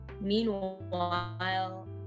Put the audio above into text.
Meanwhile